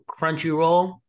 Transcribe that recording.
Crunchyroll